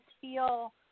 feel